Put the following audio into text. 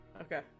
Okay